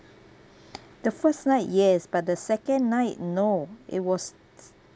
the first night yes but the second night no it was